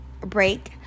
break